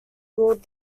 ruled